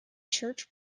church